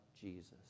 Jesus